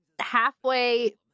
halfway